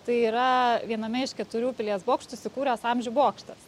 tai yra viename iš keturių pilies bokštų įsikūręs amžių bokštas